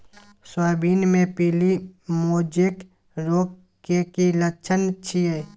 Soybean मे पीली mosaic रोग के की लक्षण छीये?